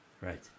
Right